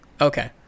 okay